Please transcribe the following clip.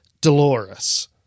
Dolores